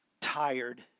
tired